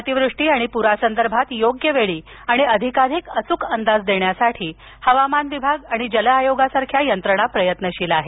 अतिवृष्टी आणि पुरासंदर्भात योग्य वेळी आणि अधिकाधिक अचून अंदाज देण्यासाठी हवामान विभाग आणि जल आयोगासारख्या यंत्रणा प्रयत्नशील आहेत